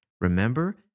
remember